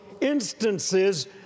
instances